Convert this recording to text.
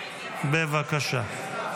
בבקשה.